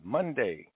Monday